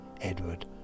Edward